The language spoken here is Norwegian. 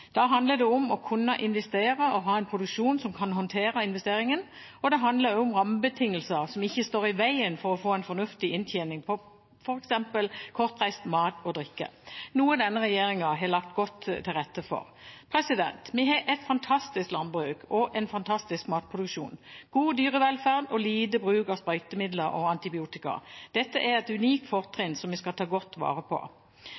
Da handler det om å kunne investere og ha en produksjon som kan håndtere investeringen. Det handler også om rammebetingelser som ikke står i veien for å få en fornuftig inntjening på f.eks. kortreist mat og drikke – noe denne regjeringen har lagt godt til rette for. Vi har et fantastisk landbruk og en fantastisk matproduksjon, god dyrevelferd og lite bruk av sprøytemidler og antibiotika. Dette er et unikt fortrinn som vi skal ta godt vare på.